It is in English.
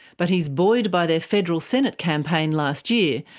but he's buoyed by their federal senate campaign last year,